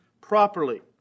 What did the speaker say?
properly